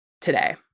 today